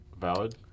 Valid